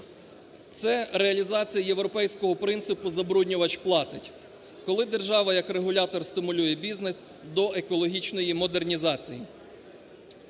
Це реалізація європейського принципу "забруднювач платить", коли держава як регулятор стимулює бізнес до екологічної модернізації.